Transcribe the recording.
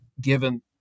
given